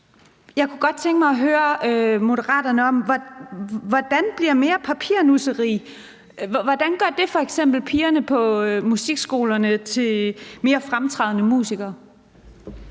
Jeg kunne godt tænke mig at høre Moderaterne om noget. Hvordan gør mere papirnusseri pigerne på musikskolerne til mere fremtrædende musikere?